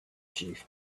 chief